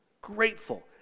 grateful